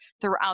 throughout